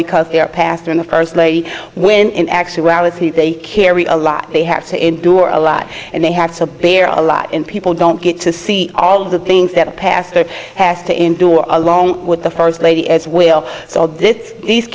because their pastor in the first lady when in actuality they carry a lot they have to endure a lot and they had some there are a lot and people don't get to see all of the things that a pastor has to endure along with the first lady as well so this these